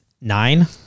nine